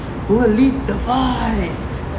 who will lead the fight